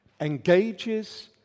engages